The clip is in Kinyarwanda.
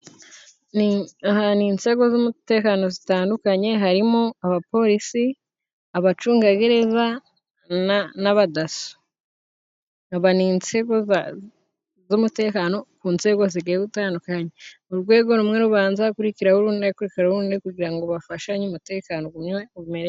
Ahantu inzego z'umutekano zitandukanye harimo， abaporisi，abacungagereza n'abadaso. Aba ni inzego z'umutekano ku nzego zigiye zitandukanye. Urwego rumwe rubanza hakurikiraho urundi hakurikiraho urundi，kugira ngo bafashanye umutekano, ....